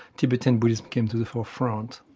tibetan buddhism came to the forefront.